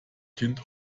kind